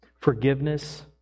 Forgiveness